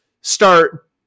start